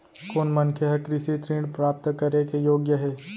कोन मनखे ह कृषि ऋण प्राप्त करे के योग्य हे?